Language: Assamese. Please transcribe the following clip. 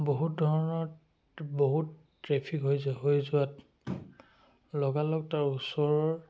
বহুত ধৰণৰ বহুত ট্ৰেফিক হৈ যায় হৈ যোৱাত লগালগ তাৰ ওচৰৰ